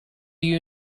you